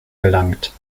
gelangt